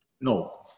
No